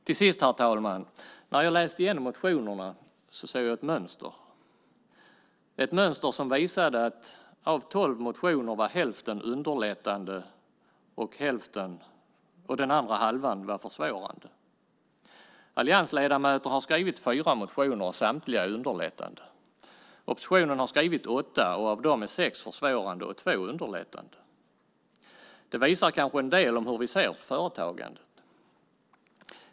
Till sist: När jag läste igenom motionerna såg jag ett mönster. Ett mönster som visade att av tolv motioner var hälften underlättande för företagande och den andra halvan försvårande. Alliansledamöter har skrivit fyra motioner, och samtliga är underlättande. Oppositionen har skrivit åtta, och av dem är sex försvårande och två underlättande. Det visar kanske en del om hur vi ser på företagandet.